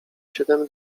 siedem